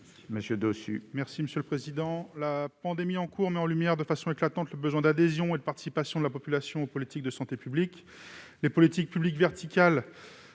est à M. Thomas Dossus. La pandémie en cours met en lumière de façon éclatante le besoin d'adhésion et de participation de la population aux politiques de santé publique. Les politiques publiques verticales